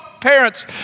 parents